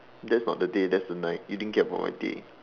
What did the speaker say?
that's not the day that's the night you didn't care about my day